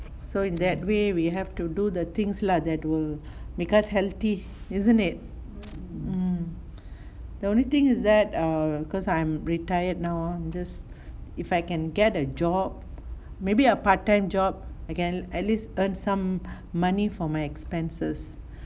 so in that way we have to do the things lah that will because healthy isn't it mm the only thing is that err cause I'm retired now just if I can get a job maybe a part time job I can at least earn some money for my expenses